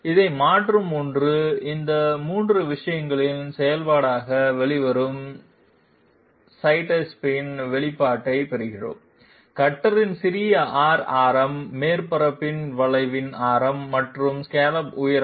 இதை மாற்றும் ஒன்று இந்த 3 விஷயங்களின் செயல்பாடாக வெளிவரும் சைட்ஸ்டெப்பின் வெளிப்பாட்டைப் பெறுகிறோம் கட்டரின் சிறிய r ஆரம் மேற்பரப்பின் வளைவின் ஆரம் மற்றும் ஸ்காலப் உயரம்